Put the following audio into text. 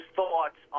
thoughts